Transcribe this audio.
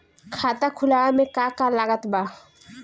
खाता खुलावे मे का का लागत बा?